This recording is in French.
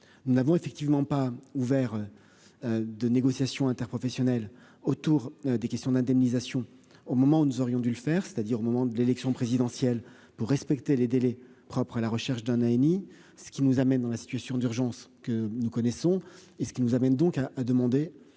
nous n'avons effectivement pas ouvert de négociation interprofessionnelle autour des questions d'indemnisation au moment où nous aurions dû le faire, c'est-à-dire au moment de l'élection présidentielle pour respecter les délais, propre à la recherche d'un Annie, ce qui nous amène dans la situation d'urgence que nous connaissons et ce qui nous amène donc à à demander